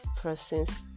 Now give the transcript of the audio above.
person's